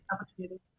opportunity